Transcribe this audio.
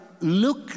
look